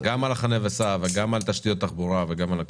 גם על החנה וסע וגם על תשתיות תחבורה וגם על הכול.